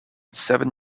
seven